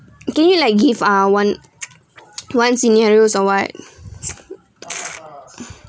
can you like give ah one one scenarios or what